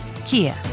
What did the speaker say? Kia